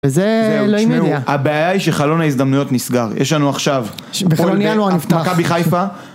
וזה...אלוהים יודע. הבעיה היא שחלון ההזדמנויות נסגר. יש לנו עכשיו... בחלון ינואר נפתח. מכבי חיפה.